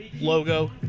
logo